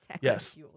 Yes